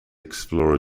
explorer